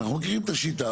אנחנו מכירים את השיטה,